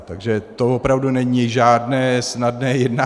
Takže to opravdu není žádné snadné jednání.